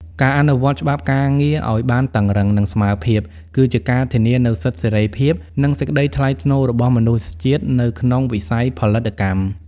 ការអនុវត្តច្បាប់ការងារឱ្យបានតឹងរ៉ឹង និងស្មើភាព គឺជាការធានានូវសិទ្ធិសេរីភាព និងសេចក្ដីថ្លៃថ្នូររបស់មនុស្សជាតិនៅក្នុងវិស័យផលិតកម្ម។